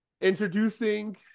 introducing